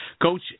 Coach